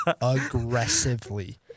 Aggressively